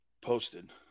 Posted